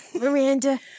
Miranda